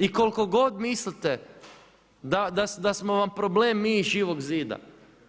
I koliko god mislite da smo vam problem mi iz Živog zida,